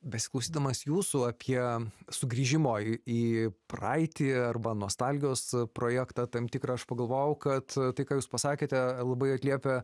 besiklausydamas jūsų apie sugrįžimo į į praeitį arba nostalgijos projektą tam tikrą aš pagalvojau kad tai ką jūs pasakėte labai atliepia